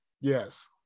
Yes